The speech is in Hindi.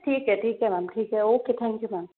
ठीक है ठीक है मैम ठीक है ओके थैंक यू मैम